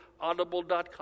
audible.com